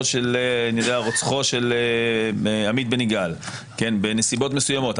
של רוצחו של עמית בן יגאל בנסיבות מסוימות,